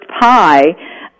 pie